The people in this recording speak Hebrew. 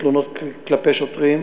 תלונות כלפי שוטרים,